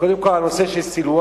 קודם כול הנושא של סילואן,